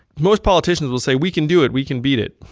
most politicians will say we can do it we can beat it.